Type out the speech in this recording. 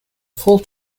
full